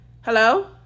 Hello